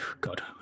god